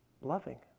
loving